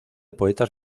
poetas